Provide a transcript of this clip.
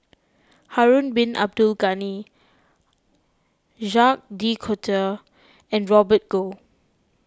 Harun Bin Abdul Ghani Jacques De Coutre and Robert Goh